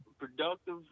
productive